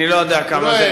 אני לא יודע כמה זה